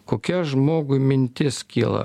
kokia žmogui mintis kyla